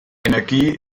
energie